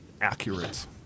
accurate